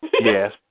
Yes